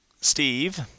Steve